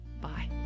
bye